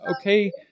Okay